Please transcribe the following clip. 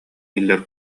иһиллэр